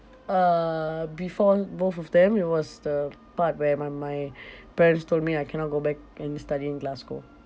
uh before both of them it was the part where my my parents told me I cannot go back and study in glasgow